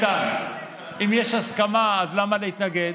איתן, אם יש הסכמה אז למה להתנגד?